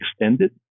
extended